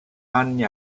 anni